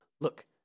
Look